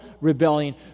rebellion